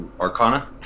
Arcana